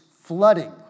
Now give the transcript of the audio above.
flooding